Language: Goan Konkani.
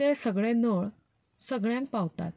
ते सगले नळ सगल्यांक पावतात